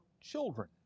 children